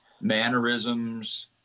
mannerisms